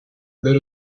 let